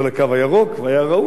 והיה ראוי שבאמת,